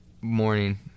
morning